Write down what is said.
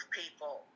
people